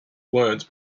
words